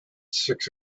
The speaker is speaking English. six